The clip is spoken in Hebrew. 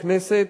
בכנסת,